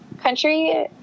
country